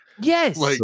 Yes